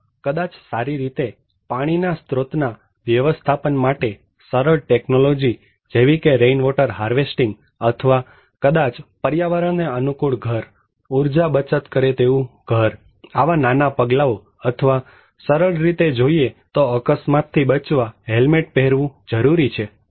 અથવા કદાચ સારી રીતે પાણીના સ્ત્રોતના વ્યવસ્થાપન માટે સરળ ટેકનોલોજી જેવી કે રેઇન વોટર હાર્વેસ્ટિંગ અથવા કદાચ પર્યાવરણને અનુકૂળ ઘર ઊર્જા બચત કરે તેવું ઘર આવા વ્યક્તિક નાના પગલાઓ અથવા સરળ રીતે જોઈએ તો અકસ્માતથી બચવા હેલ્મેટ પહેરવું જરૂરી છે